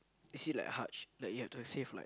is it like Haj like you have to save like